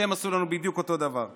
שעשו לנו את אותו הדבר בדיוק,